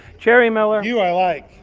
jerry miller. you i like.